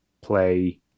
play